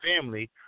family